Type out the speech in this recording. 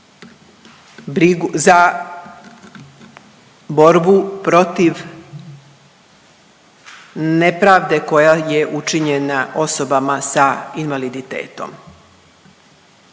za borbu protiv nepravde koja je učinjena osobama s invaliditetom.